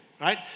right